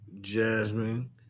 Jasmine